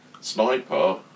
sniper